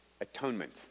atonement